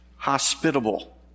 Hospitable